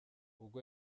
ubwo